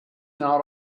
not